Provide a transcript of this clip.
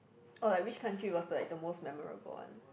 or like which country was like the most memorable one